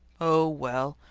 oh, well,